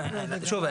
שוב,